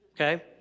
okay